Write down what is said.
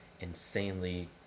insanely